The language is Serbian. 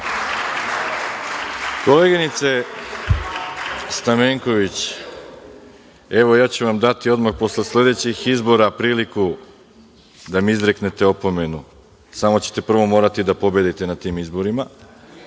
Koleginice Stamenković, evo ja ću vam dati odmah posle sledećih izbora priliku da mi izreknete opomenu. Samo ćete prvo morati da pobedite na tim izborima.(Saša